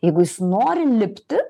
jeigu jis nori lipti